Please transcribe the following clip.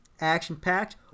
action-packed